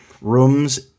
rooms